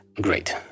Great